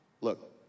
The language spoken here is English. Look